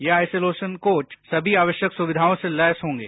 ये isolation coach समी आवश्यक सुविधाओं से लैस होंगे